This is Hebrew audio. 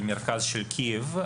במרכז קייב,